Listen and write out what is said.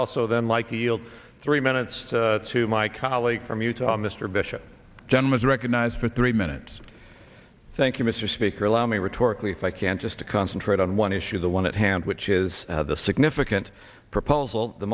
also then like yield three minutes to my colleague from utah mr bishop general is recognized for three minutes thank you mr speaker allow me rhetorically if i can just to concentrate on one issue the one at hand which is the significant proposal the